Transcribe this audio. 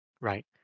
right